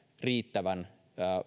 riittävän